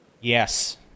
Yes